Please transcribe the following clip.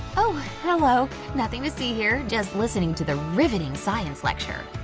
oh hello! nothing to see here! just listening to the riveting science lecture!